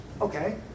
Okay